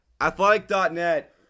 Athletic.net